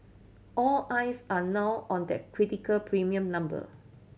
all eyes are now on that critical premium number